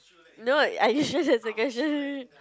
no are you sure that's the question